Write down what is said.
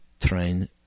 Train